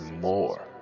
more